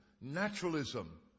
naturalism